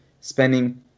spending